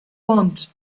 want